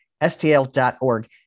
stl.org